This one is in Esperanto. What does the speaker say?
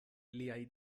liaj